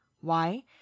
Why